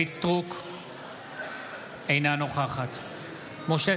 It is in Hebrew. אינה נוכחת משה